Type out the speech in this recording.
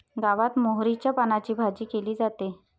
गावात मोहरीच्या पानांची भाजी केली जाते